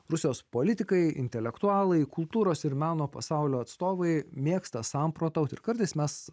rusijos politikai intelektualai kultūros ir meno pasaulio atstovai mėgsta samprotauti ir kartais mes